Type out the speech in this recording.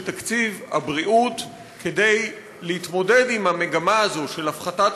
תקציב הבריאות כדי להתמודד עם המגמה הזאת של הפחתת